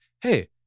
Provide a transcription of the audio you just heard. Hey